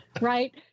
right